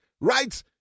Right